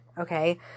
Okay